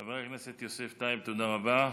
חבר הכנסת יוסף טייב, תודה רבה.